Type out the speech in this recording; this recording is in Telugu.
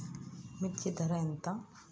మిర్చి ధర ఎంత?